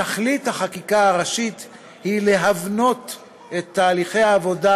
תכלית החקיקה הראשית היא להבנות את תהליכי העבודה